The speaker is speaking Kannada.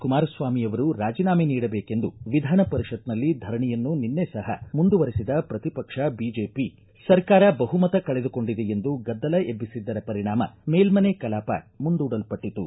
ಕುಮಾರಸ್ವಾಮಿಯವರು ರಾಜಿನಾಮೆ ನೀಡಬೇಕೆಂದು ವಿಧಾನ ಪರಿಷತ್ನಲ್ಲಿ ಧರಣಿಯನ್ನು ನಿನ್ನೆ ಸಹ ಮುಂದುವರೆಸಿದ ಪ್ರತಿಪಕ್ಷ ಬಿಜೆಪಿ ಸರ್ಕಾರ ಬಹುಮತ ಕಳೆದುಕೊಂಡಿದೆ ಎಂದು ಗದ್ದಲ ಎಬ್ಬಿಸಿದ್ದರ ಪರಿಣಾಮ ಮೇಲ್ಮನೆ ಕಲಾಪ ನಾಳೆಗೆ ಮುಂದೂಡಲ್ಪಟ್ಟತು